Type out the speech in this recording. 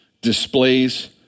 displays